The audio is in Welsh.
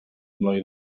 mlwydd